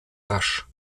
rasch